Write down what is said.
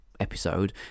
episode